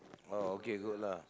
orh okay good lah